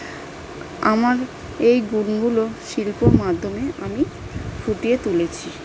আমার এই গুণগুলো শিল্পর মাধ্যমে আমি ফুটিয়ে তুলেছি